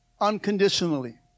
unconditionally